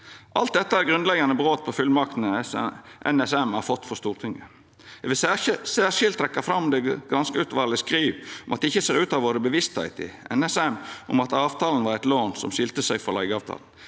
Alt dette er grunnleggjande brot på fullmaktene NSM har fått frå Stortinget. Eg vil særskilt trekkja fram det som granskingsutvalet skriv om at det ikkje ser ut til å ha vore bevisstheit i NSM om at avtalen var eit lån som skilde seg frå leigeavtalen.